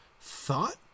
thought